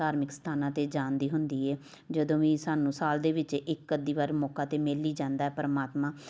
ਧਾਰਮਿਕ ਸਥਾਨਾਂ 'ਤੇ ਜਾਣ ਦੀ ਹੁੰਦੀ ਏ ਜਦੋਂ ਵੀ ਸਾਨੂੰ ਸਾਲ ਦੇ ਵਿੱਚ ਇੱਕ ਅੱਧੀ ਵਾਰ ਮੌਕਾ ਤਾਂ ਮਿਲ ਹੀ ਜਾਂਦਾ ਪਰਮਾਤਮਾ